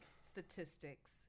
statistics